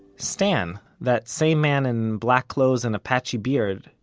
stan, that same man in black clothes and a patchy beard,